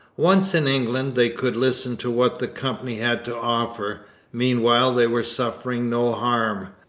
once in england, they could listen to what the company had to offer meanwhile they were suffering no harm.